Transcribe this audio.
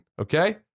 Okay